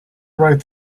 right